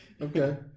Okay